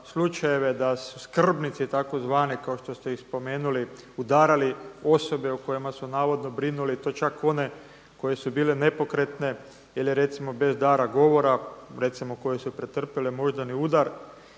da su skrbnici tako zvani kao što ste i spomenuli, udarali osobe o kojima su navodno brinuli, to čak one koje su bile nepokretne ili recimo bez dara govora, recimo koje su pretrpile moždani udar